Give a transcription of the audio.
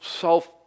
self